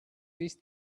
teach